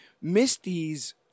Misty's